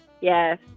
Yes